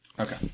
Okay